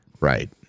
right